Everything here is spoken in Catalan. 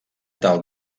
tal